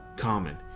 common